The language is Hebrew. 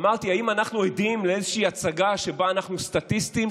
אמרתי: האם אנחנו עדים לאיזושהי הצגה שבה אנחנו סטטיסטים,